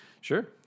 Sure